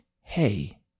Hey